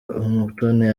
umutoni